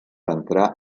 entrar